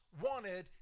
wanted